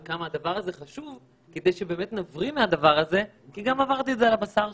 וכמה הדבר הזה חשוב כדי שנבריא מהדבר הזה כי גם עברתי את זה על בשרי.